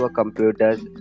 computers